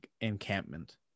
encampment